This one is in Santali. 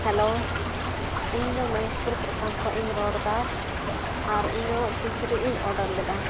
ᱦᱮᱞᱳ ᱤᱧᱫᱚ ᱢᱚᱦᱮᱥᱯᱩᱨ ᱯᱨᱚᱠᱷᱚᱸᱰ ᱠᱷᱚᱱᱤᱧ ᱨᱚᱲᱫᱟ ᱟᱨ ᱤᱧᱫᱚ ᱠᱤᱪᱨᱤᱡᱼᱤᱧ ᱚᱰᱟᱨ ᱞᱮᱫᱟ